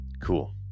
Cool